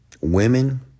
Women